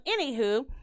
anywho